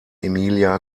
emilia